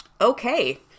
okay